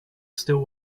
still